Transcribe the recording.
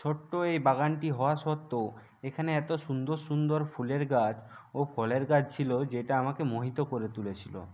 ছোট্ট এই বাগানটি হওয়া সত্ত্বেও এখানে এতো সুন্দর সুন্দর ফুলের গাছ ও ফলের গাছ ছিলো যেটা আমাকে মোহিত করে তুলে ছিলো